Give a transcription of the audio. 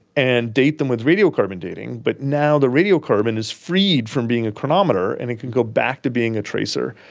and date them with radiocarbon dating, but now the radiocarbon is freed from being a chronometer and it can go back to being being a tracer.